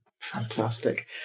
fantastic